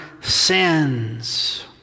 sins